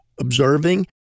observing